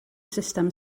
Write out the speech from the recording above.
sustem